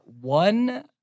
one